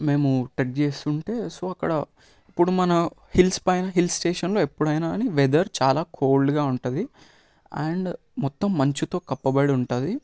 మేము ట్రెక్ చేస్తుంటే సో అక్కడ ఇప్పుడు మన హిల్స్ పైన హిల్ స్టేషన్లో ఎప్పుడైనా కానీ వెదర్ చాలా కోల్డ్గా ఉంటుంది అండ్ మొత్తం మంచుతో కప్పబడి ఉంటుంది